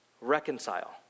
reconcile